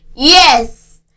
yes